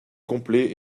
complet